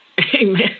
Amen